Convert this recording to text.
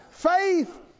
Faith